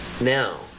Now